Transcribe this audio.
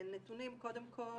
נתונים, קודם כל